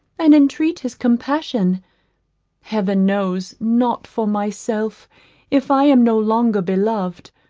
and entreat his compassion heaven knows, not for myself if i am no longer beloved,